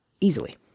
easily